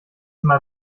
mal